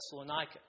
Thessalonica